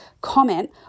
comment